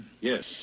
Yes